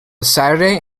saturday